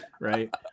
right